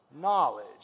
knowledge